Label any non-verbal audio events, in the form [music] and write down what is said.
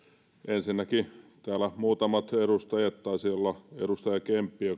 ensinnäkin täällä muutamat edustajat taisi olla edustaja kemppi [unintelligible]